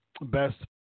best